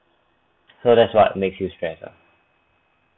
so that's what makes you stress ah